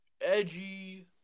edgy